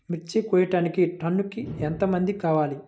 మిర్చి కోయడానికి టన్నుకి ఎంత మంది కావాలి?